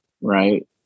right